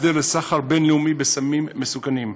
יש הסדר לסחר בין-לאומי בסמים מסוכנים.